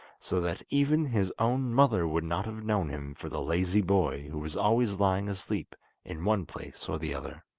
so that even his own mother would not have known him for the lazy boy who was always lying asleep in one place or the other.